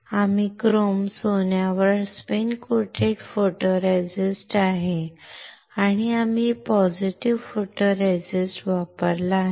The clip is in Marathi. आम्ही क्रोम सोन्यावर स्पिन कोटेड फोटोरेसिस्ट आहे आणि आम्ही पॉझिटिव्ह फोटोरेसिस्ट वापरला आहे